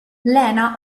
lena